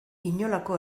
inolako